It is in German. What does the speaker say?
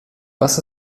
was